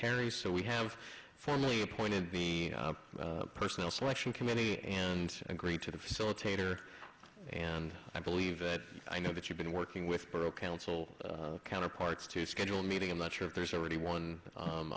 kerry so we have formally appointed be a personal selection committee and agree to the facilitator and i believe that i know that you've been working with borough council counterparts to schedule a meeting i'm not sure if there's already one